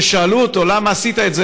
וכששאלו אותו: למה עשית את זה?